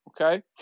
Okay